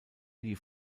die